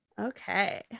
Okay